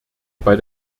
bei